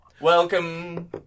Welcome